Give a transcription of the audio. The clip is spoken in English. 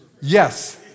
Yes